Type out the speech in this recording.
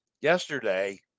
yesterday